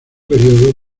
período